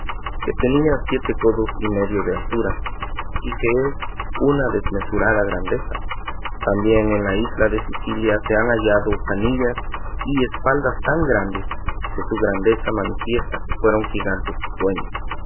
que tenía siete codos y medio de altura que es una desmesurada grandeza también en la isla de sicilia se han hallado canillas y espaldas tan grandes que su grandeza manifiesta que fueron gigantes sus dueños